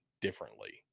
differently